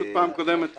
פשוט פעם קודמת --- לא,